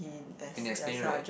can explain right